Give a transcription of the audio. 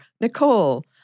Nicole